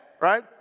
right